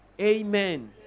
Amen